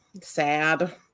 sad